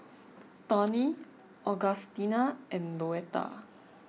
Tawny Augustina and Louetta